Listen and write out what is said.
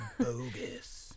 Bogus